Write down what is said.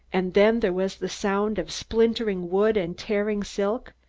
and then there was the sound of splintering wood and tearing silk,